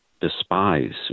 despise